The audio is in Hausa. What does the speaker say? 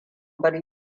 bar